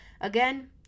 Again